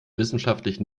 wissenschaftlich